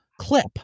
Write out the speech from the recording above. clip